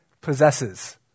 possesses